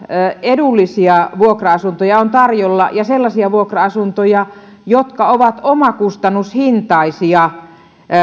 edullisia vuokra asuntoja on tarjolla ja sellaisia vuokra asuntoja jotka ovat omakustannushintaisia ja